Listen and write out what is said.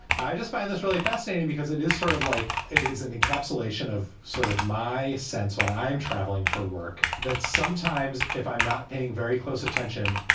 i just find this really fascinating because it is sort of like it is an encapsulation of sort of my sense when i'm traveling for work that sometimes if i'm not paying very close attention,